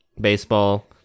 baseball